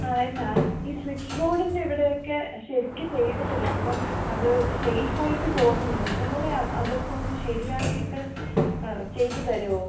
ആ എന്നാൽ ഈ സ്വിച്ച് ബോഡിൻറ്റിവിടെയൊക്കെ ശരിക്ക് ചെയ്തിട്ടില്ല അപ്പം അത് സേഫായിട്ട് തോന്നുന്നില്ല ഒന്നും കൂടെ അതൊക്കൊന്ന് ശരിയാക്കിയിട്ട് ചെയ്ത് തരാമോ